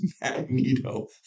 Magneto